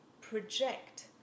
project